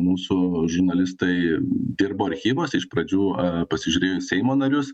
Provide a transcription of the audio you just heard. mūsų žurnalistai dirbo archyvuose iš pradžių a pasižiūrėjo į seimo narius